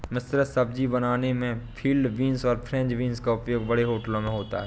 मिश्रित सब्जी बनाने में फील्ड बींस और फ्रेंच बींस का उपयोग बड़े होटलों में होता है